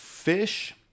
Fish